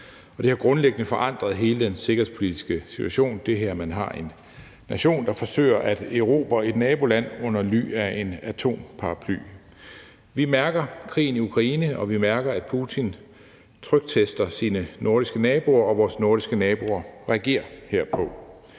det har grundlæggende forandret hele den sikkerhedspolitiske situation, at man her har en nation, der forsøger at erobre et naboland under ly af en atomparaply. Vi mærker krigen i Ukraine, og vi mærker, at Putin tryktester sine nordiske naboer, og vores nordiske naboer reagerer herpå.